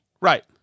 Right